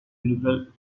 nouvelles